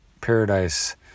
paradise